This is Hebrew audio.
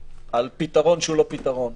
על פתרון שהוא לא פתרון.